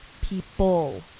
people